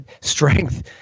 strength